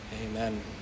amen